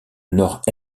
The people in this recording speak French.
nord